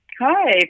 Hi